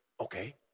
okay